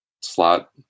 slot